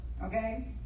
Okay